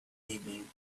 evening